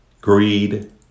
greed